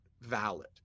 valid